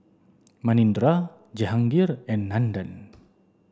Manindra Jehangirr and Nandan